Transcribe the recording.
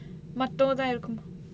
மட்டுதா இருக்குமா:mattuthaa irukkumaa